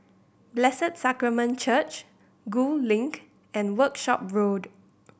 Blessed Sacrament Church Gul Link and Workshop Road